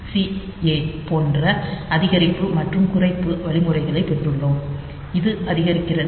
C A போன்ற அதிகரிப்பு மற்றும் குறைப்பு வழிமுறைகளைப் பெற்றுள்ளோம் இது அதிகரிக்கிறது